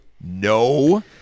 No